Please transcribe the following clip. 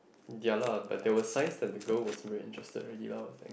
ya lah but there was signs that the girl was very interested already lah I think